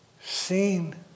seen